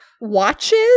watches